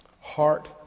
Heart